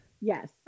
Yes